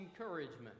encouragement